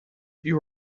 you